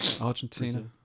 Argentina